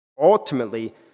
ultimately